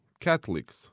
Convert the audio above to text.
Catholics